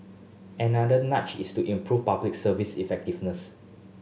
another nudge is to improve Public Service effectiveness